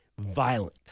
violent